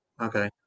okay